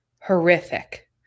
horrific